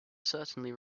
certainly